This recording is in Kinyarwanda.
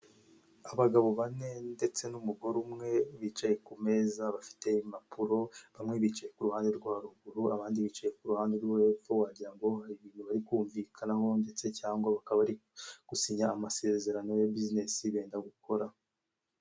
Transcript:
Abagabo bane ndetse n'umugore umwe bicaye ku meza bafite impapuro, bamwe bicaye kuruhande rwo haruguru abandi bicaye ku ruhande rwo hepfo wagira ngo hari ibintu bari kumvikanaho, ndetse cyangwa bakaba bari gusinya amasezerano ya bizinesi benda gukora.